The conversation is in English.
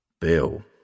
Bill